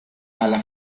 alla